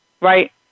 Right